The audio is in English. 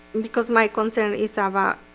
because my concern is ah about